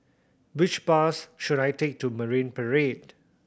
which bus should I take to Marine Parade